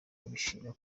biganisha